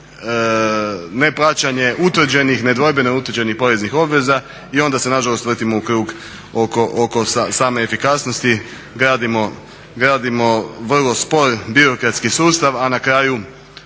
ne plaćanje utvrđenih nedvojbeno utvrđenih poreznih obveza. I onda se nažalost vrtim u krug oko same efikasnosti, gradimo vrlo spor birokratski sustav a na kraju